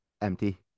empty